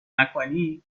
نکنی